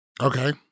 Okay